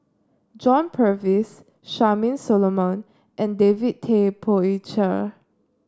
John Purvis Charmaine Solomon and David Tay Poey Cher